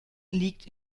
liegt